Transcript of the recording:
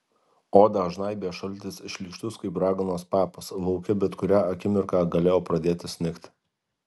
odą žnaibė šaltis šlykštus kaip raganos papas lauke bet kurią akimirką galėjo pradėti snigti